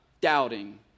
doubting